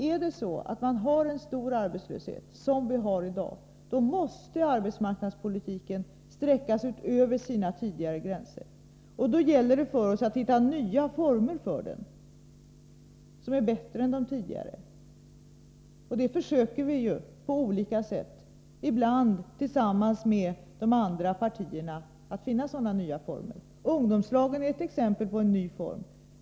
Har man en stor arbetslöshet, som vi har i dag, måste arbetsmarknadspolitiken sträcka sig över sina tidigare gränser, och då gäller det för oss att hitta nya former för den, vilka är bättre än de tidigare. Vi försöker ju också på olika sätt, ibland tillsammans med de andra partierna, att finna sådana nya former. Ungdomslagen är ett exempel på en ny form.